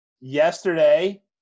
yesterday